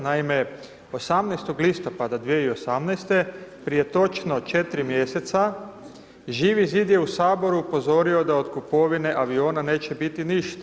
Naime 18. listopada 2018. prije točno 4 mjeseca Živi zid je u Saboru upozorio da od kupovine aviona neće biti ništa.